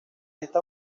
esta